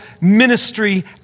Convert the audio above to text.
ministry